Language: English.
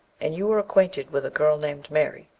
and you were acquainted with a girl named mary?